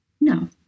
No